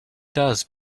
does